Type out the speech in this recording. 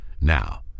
Now